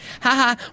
Haha